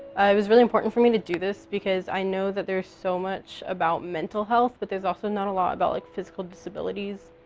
it was really important for me to do this because i know that there's so much about mental health, but there's also not a lot about like physical disabilities.